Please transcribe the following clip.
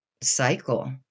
cycle